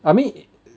I mean